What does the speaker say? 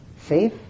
safe